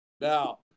Now